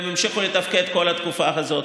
והן המשיכו לתפקד כל התקופה הזאת.